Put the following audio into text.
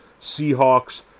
Seahawks